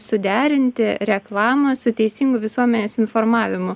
suderinti reklamą su teisingu visuomenės informavimu